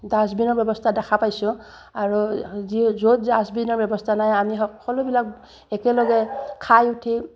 ডাষ্টবিনৰ ব্যৱস্থা দেখা পাইছোঁ আৰু যি য'ত ডাষ্টবিনৰ ব্যৱস্থা নাই আমি সকলোবিলাক একেলগে খাই উঠি